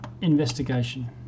investigation